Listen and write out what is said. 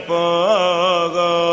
Pogo